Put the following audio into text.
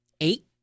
eight